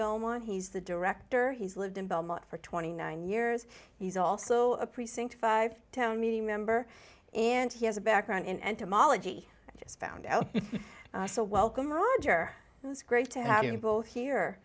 belmont he's the director he's lived in belmont for twenty nine years he's also a precinct five town meeting member and he has a background in entomology just found out so welcome roger it's great to have